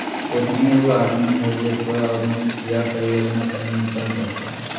उद्यमी उ आदमी हइ जे कोय उद्यम या परियोजना पर नियंत्रण रखो हइ